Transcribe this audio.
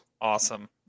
Awesome